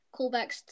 callbacks